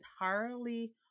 entirely